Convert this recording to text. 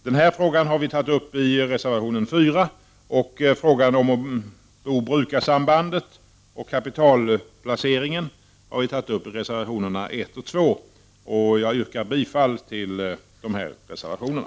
Den frågan har vi tagit upp i reservation 4, och frågan om brukarsambandet och kapitalplaceringen har vi tagit upp i reservationerna 1 och 2. Jag yrkar bifall till de reservationerna.